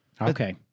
okay